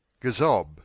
Gazob